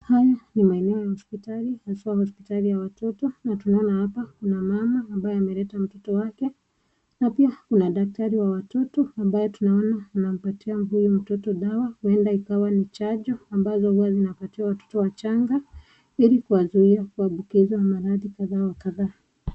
Haya ni maeneo ya hospotali , haswa hospotali ya watoto, na tunaona hapa kuna ambaye ameleta mtoto wake, na pia kuna daktari wa watoto, ambaye tunaona anampatia huyu mtoto dawa, huenda ikiawa ni chanjo, ambayo huwa inapatiwa watoto wachanga ili kuwazuia kuambukizwa maradhi kadhaa wa kadhaa.